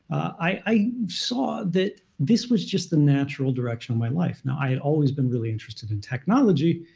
i saw that this was just the natural direction of my life. now i had always been really interested in technology,